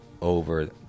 over